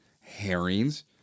herrings